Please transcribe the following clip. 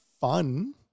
fun